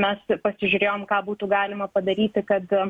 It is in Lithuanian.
mes ir pasižiūrėjom ką būtų galima padaryti kad